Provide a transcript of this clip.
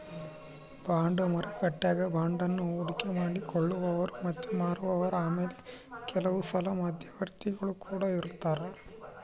bond ಮಾರುಕಟ್ಟೆಗ ಬಾಂಡನ್ನ ಹೂಡಿಕೆ ಮಾಡಿ ಕೊಳ್ಳುವವರು ಮತ್ತೆ ಮಾರುವವರು ಆಮೇಲೆ ಕೆಲವುಸಲ ಮಧ್ಯವರ್ತಿಗುಳು ಕೊಡ ಇರರ್ತರಾ